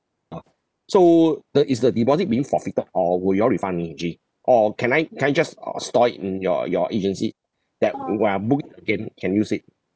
so the is the deposit being forfeited or will you all refund me actually or can I can I just uh store in your your agency that when I book again can use it